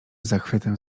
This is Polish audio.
zachwytem